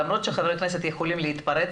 למרות שחברי כנסת יכולים להתפרץ,